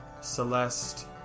Celeste